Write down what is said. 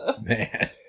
Man